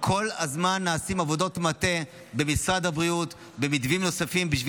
כל הזמן נעשות עבודות מטה במשרד הבריאות על מתווים נוספים כדי